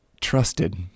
trusted